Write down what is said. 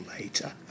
later